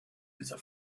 dieser